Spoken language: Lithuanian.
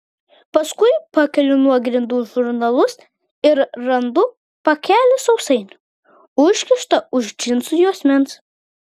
paskui pakeliu nuo grindų žurnalus ir randu pakelį sausainių užkištą už džinsų juosmens